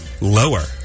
Lower